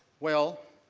well,